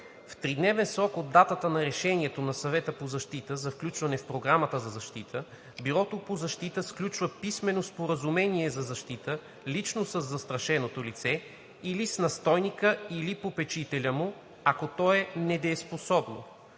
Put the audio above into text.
В тридневен срок от датата на решението на Съвета по защита за включване в Програмата за защита, Бюрото по защита сключва писмено споразумение за защита лично със застрашеното лице или с настойника или попечителя му, ако то е недееспособно.“